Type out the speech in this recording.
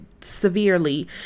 severely